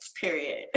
period